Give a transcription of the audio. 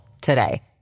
today